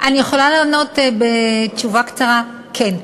אני יכולה לענות בתשובה קצרה: כן.